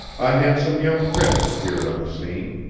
a handsome young prince appeared on the scene,